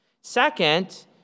Second